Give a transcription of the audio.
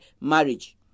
marriage